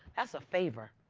that's a favor.